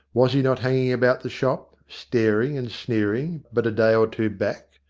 was he not hanging about the shop, staring and sneering, but a day or two back?